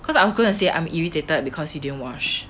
cause I'm going to say I'm irritated because you didn't wash